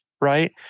Right